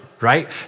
right